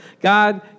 God